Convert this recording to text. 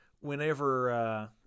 Whenever